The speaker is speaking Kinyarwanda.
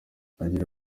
agira